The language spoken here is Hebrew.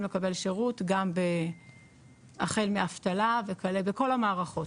לקבל שירות גם החל מאבטלה וכלה בכל המערכות,